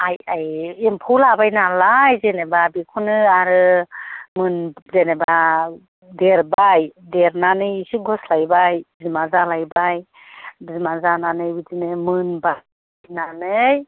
आय आय एम्फौ लाबाय नालाय जेनेबा बेखौनो आरो जेनेबा देरबाय देरनानै एसे गुस्लायबाय बिमा जालायबाय बिमा जानानै बिदिनो मोनबाय मोननानै